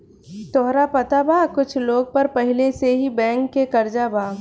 तोहरा पता बा कुछ लोग पर पहिले से ही बैंक के कर्जा बा